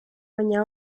baina